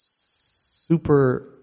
super